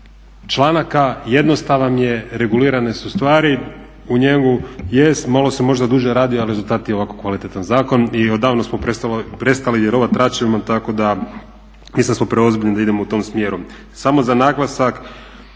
u njemu. Jest malo se možda duže radio ali rezultat je ovako kvalitetan zakon i odavno smo prestali vjerovati tračevima, tako da mislim da smo preozbiljni da idemo tim smjerom.